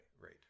Right